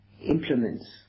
implements